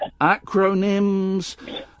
Acronyms